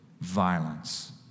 violence